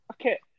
okay